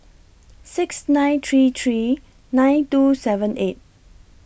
six nine three three nine two seven eight